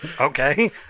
Okay